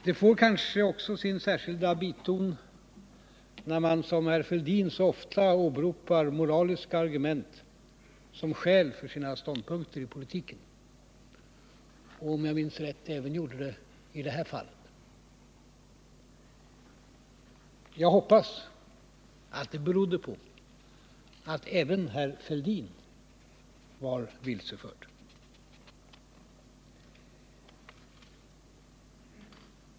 Det får kanske också sin särskilda biton när man, som herr Fälldin så ofta gör, åberopar moraliska argument som skäl för sina ståndpunkter i politiken. Om jag minns rätt gjorde han det även i det här fallet. Jag hoppas att det berodde på att även herr Fälldin var vilseförd.